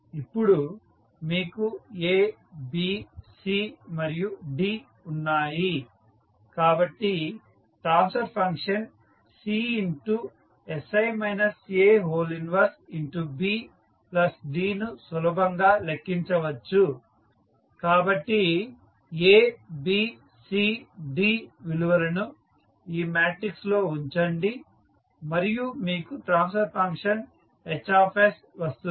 ఇప్పుడు మీకు A B C మరియు D ఉన్నాయి కాబట్టి transfer function CsI A 1B D ను సులభంగా లెక్కించవచ్చు కాబట్టి A B C D విలువలను ఈ మ్యాట్రిక్స్ లో ఉంచండి మరియు మీకు ట్రాన్స్ఫర్ ఫంక్షన్ Hs వస్తుంది